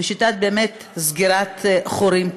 באמת בשיטת סגירת חורים,